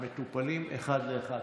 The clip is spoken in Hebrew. מטופלים אחד לאחד.